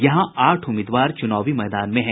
यहां आठ उम्मीदवार चुनावी मैदान में हैं